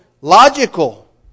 logical